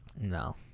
No